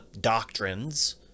doctrines